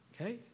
Okay